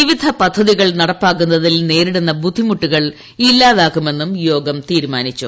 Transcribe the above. വിവിധ പദ്ധതികൾ നടപ്പാക്കുന്നതിൽ നേരിടുന്ന ബുദ്ധിമുട്ടുകൾ ഇല്ലാതാക്കുമെന്നും യോഗം തീരുമാനിച്ചു